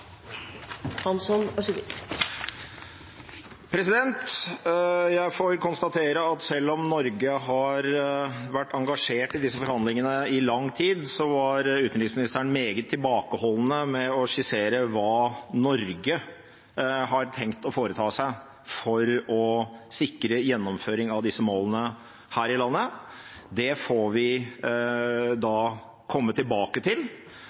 lang tid, så var utenriksministeren meget tilbakeholden med å skissere hva Norge har tenkt å foreta seg for å sikre gjennomføring av disse målene her i landet. Det får vi da komme tilbake til